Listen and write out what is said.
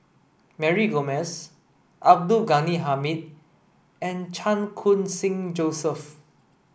Mary Gomes Abdul Ghani Hamid and Chan Khun Sing Joseph